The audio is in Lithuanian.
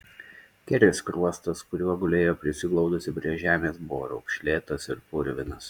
kerės skruostas kuriuo gulėjo prisiglaudusi prie žemės buvo raukšlėtas ir purvinas